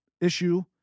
issue